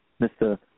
Mr